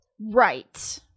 Right